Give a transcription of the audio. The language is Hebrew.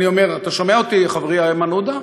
אתה שומע אותי, חברי איימן עודה?